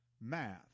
math